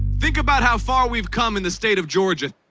think about how far we've come in the state of georgia.